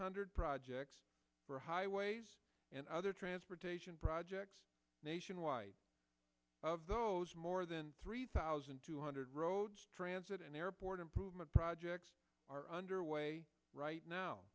hundred projects for highways and other transportation projects nationwide of those more than three thousand two hundred roads transit and airport improvement projects are underway right now